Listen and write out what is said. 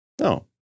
No